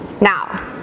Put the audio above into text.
Now